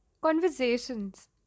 Conversations